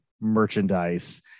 merchandise